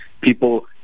People